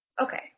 okay